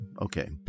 Okay